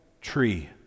tree